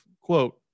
quote